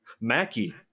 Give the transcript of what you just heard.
Mackie